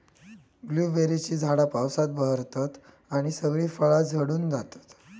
ब्लूबेरीची झाडा पावसात बहरतत आणि सगळी फळा झडून जातत